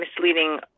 misleading